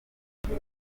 none